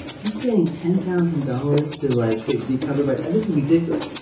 he's getting ten thousand dollars to like be covered by, this is ridiculous!